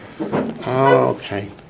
Okay